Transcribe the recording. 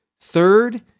Third